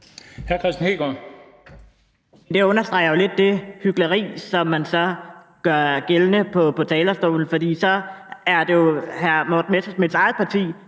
Det understreger jo lidt det hykleri, som man gør gældende på talerstolen, for så er det jo hr. Morten Messerschmidts eget parti,